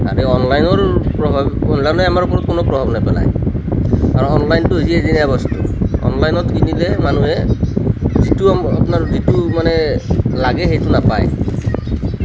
মানে অনলাইনৰ প্ৰভাৱ নলাইনে আমাৰ ওপৰত কোনো প্ৰভাৱ নেপেলায় আৰু অনলাইনটো হৈছে এদিনীয়া বস্তু অনলাইনত কিনিলে মানুহে যিটো আপোনাৰ যিটো মানে লাগে সেইটো নাপায়